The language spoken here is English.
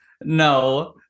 no